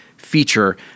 feature